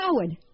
Howard